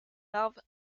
larve